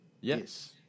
Yes